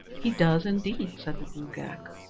he does indeed, said the gruagach.